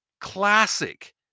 classic